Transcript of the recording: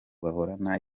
bahorana